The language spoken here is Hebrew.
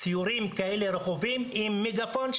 סיורים רכובים עם מגפון,